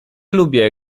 lubię